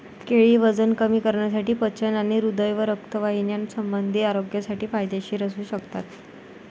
केळी वजन कमी करण्यासाठी, पचन आणि हृदय व रक्तवाहिन्यासंबंधी आरोग्यासाठी फायदेशीर असू शकतात